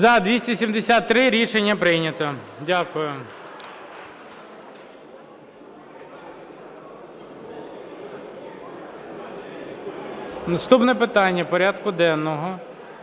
За-273 Рішення прийнято. Дякую. Наступне питання порядку денного